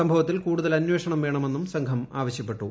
സംഭവത്തിൽ കൂടുതൽ അന്വേഷണം വേണമെന്നും സംഘം ആവശ്യപ്പെട്ടു